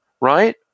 Right